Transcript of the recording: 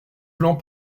plans